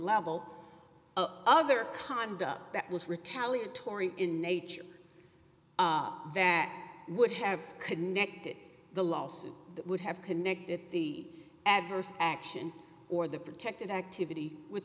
level of other conduct that was retaliatory in nature that would have connected the lawsuit that would have connected the adverse action or the protected activity w